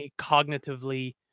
cognitively